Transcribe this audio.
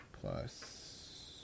plus